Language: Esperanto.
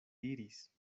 diris